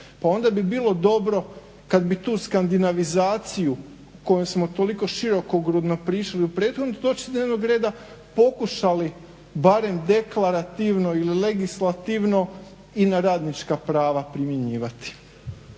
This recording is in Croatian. Pa onda bi bilo dobro kada bi tu skandinavizaciju o kojoj smo toliko širokogrudno pričali u prethodnoj točci dnevnog reda, pokušali barem deklarativno ili legislativno i na radnička prava primjenjivati.